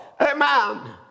Amen